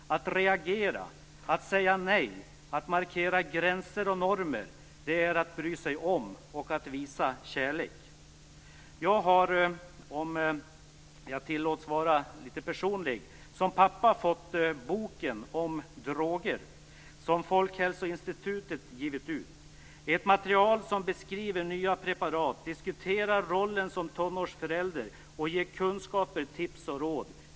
Att reagera, säga nej, markera gränser och normer är att bry sig om och visa kärlek. Jag har - om jag tillåts vara lite personlig - som pappa fått den bok om droger som Folkhälsoinstitutet givit ut. I materialet beskrivs nya preparat, diskuteras rollen som tonårsförälder och ges kunskaper, tips och råd.